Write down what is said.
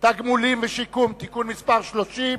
(תגמולים ושיקום) (תיקון מס' 30),